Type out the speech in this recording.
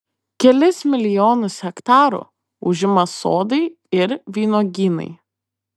kelis milijonus hektarų užima sodai ir vynuogynai